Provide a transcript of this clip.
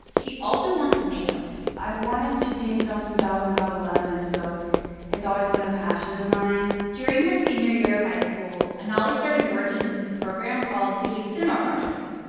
she also wants to make them i've wanted to be in film since i was about eleven, so it's always been a passion of mine during her senior year of high school, anali started working with this program called the youth cinema project.